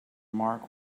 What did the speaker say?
mark